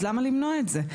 אז למה למנוע את זה?